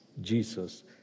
Jesus